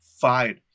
fight